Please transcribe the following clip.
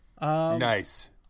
nice